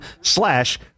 slash